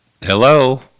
Hello